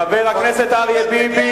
חבר הכנסת אריה ביבי,